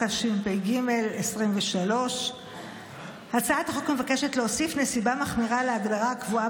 התשפ"ג 2023. הצעת החוק מבקשת להוסיף נסיבה מחמירה להגדרה הקבועה